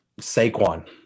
Saquon